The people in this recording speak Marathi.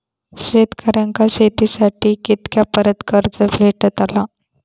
शेतकऱ्यांका शेतीसाठी कितक्या पर्यंत कर्ज भेटताला?